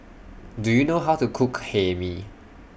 Do YOU know How to Cook Hae Mee